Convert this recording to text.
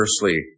firstly